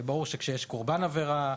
ברור שכשיש קורבן עבירה,